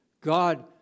God